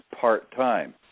part-time